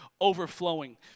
overflowing